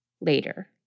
later